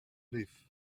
cliff